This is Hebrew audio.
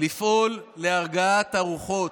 לפעול להרגעת הרוחות.